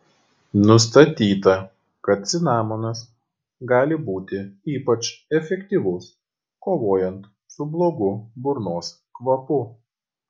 nustatyta kad cinamonas gali būti ypač efektyvus kovojant su blogu burnos kvapu